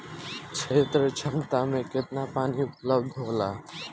क्षेत्र क्षमता में केतना पानी उपलब्ध होला?